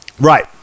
Right